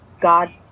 god